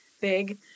big